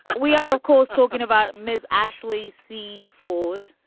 we are, of course, talking about ms. ashley c. ford.